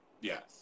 Yes